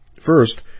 First